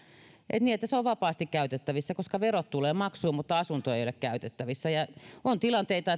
niin että se on vapaasti käytettävissä nyt verot tulevat maksuun mutta asunto ei ole käytettävissä on tilanteita